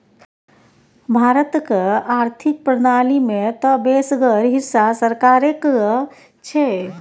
भारतक आर्थिक प्रणाली मे तँ बेसगर हिस्सा सरकारेक छै